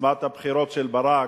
ססמת הבחירות של ברק: